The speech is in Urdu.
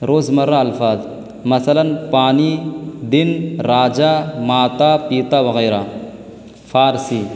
روزمرہ الفاظ مثلاً پانی دن راجا ماتا پتا وغیرہ فارسی